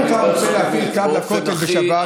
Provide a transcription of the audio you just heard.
אם אתה רוצה להפעיל קו לכותל בשבת,